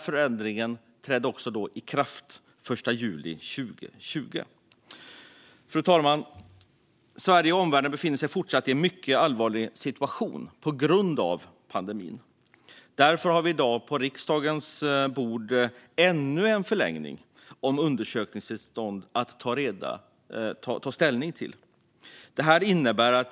Förändringen trädde i kraft den 1 juli 2020. Fru talman! Sverige och omvärlden befinner sig fortfarande i en mycket allvarlig situation på grund av pandemin. Därför har vi i dag på riksdagens bord ännu ett förslag om förlängning av undersökningstillstånd att ta ställning till.